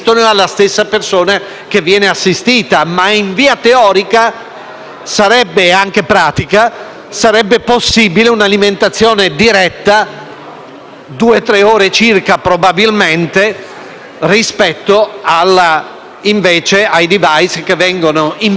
e anche pratica sarebbe possibile un'alimentazione diretta, in due o tre ore circa, probabilmente, rispetto ai *device* impiegati per l'alimentazione artificiale.